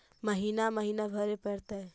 महिना महिना भरे परतैय?